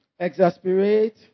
exasperate